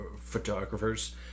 photographers